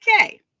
Okay